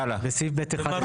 הצבעה בעד,